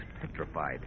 petrified